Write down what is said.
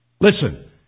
Listen